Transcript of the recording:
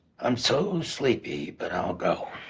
i'm so sleepy, but i'll go.